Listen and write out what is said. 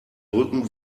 brücken